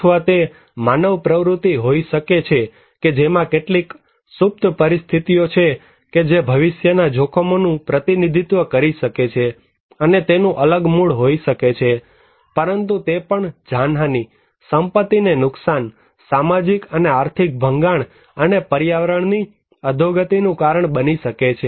અથવા તે માનવ પ્રવૃત્તિ હોઈ શકે છે કે જેમાં કેટલીક સુપ્ત પરિસ્થિતિઓ છે કે જે ભવિષ્યના જોખમોનો નું પ્રતિનિધિત્વ કરી શકે છે અને તેનું અલગ મૂળ હોઈ શકે છે પરંતુ તે પણ જાનહાનિ સંપત્તિને નુકસાન સામાજિક અને આર્થિક ભંગાણ અને પર્યાવરણની અધોગતિનું કારણ બની શકે છે